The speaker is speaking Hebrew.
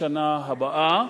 לשנה הבאה,